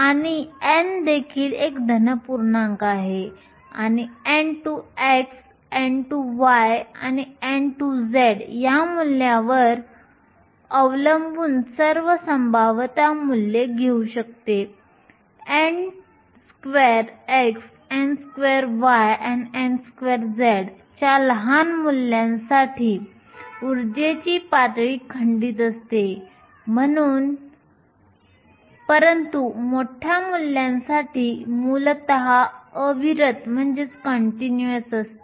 तर n देखील एक धन पूर्णांक आहे आणि nx2 ny2 आणि nz2 च्या मूल्यांवर अवलंबून सर्व संभाव्य मूल्ये घेऊ शकते nx2 ny2 आणि nz2 च्या लहान मूल्यांसाठी ऊर्जेची पातळी खंडित असते परंतु मोठ्या मूल्यांसाठी मूलत अविरत असते